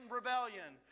rebellion